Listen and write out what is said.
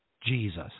Jesus